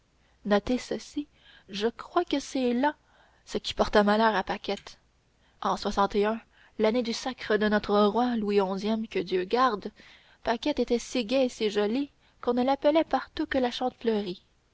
notez ceci je crois que c'est là ce qui porta malheur à paquette en l'année du sacre de notre roi louis onzième que dieu garde paquette était si gaie et si jolie qu'on ne l'appelait partout que la